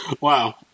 Wow